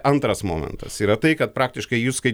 antras momentas yra tai kad praktiškai jūs kai